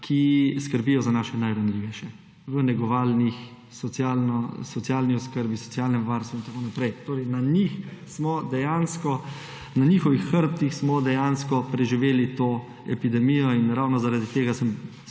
ki skrbijo za naše najranljivejše v negovalnih, socialni oskrbi, socialnem varstvu in tako naprej. Torej na njihovih hrbtih smo dejansko preživeli to epidemijo in ravno zaradi tega sem